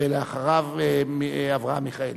ואחריו, אברהם מיכאלי.